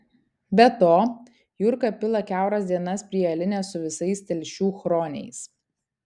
be to jurka pila kiauras dienas prie alinės su visais telšių chroniais